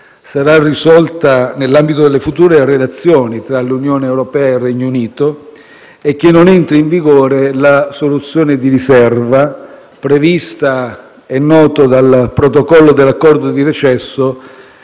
sarà risolta nell'ambito delle future relazioni tra l'Unione europea e il Regno Unito e che non entri in vigore la soluzione di riserva che, come noto, è prevista dal protocollo dell'accordo di recesso,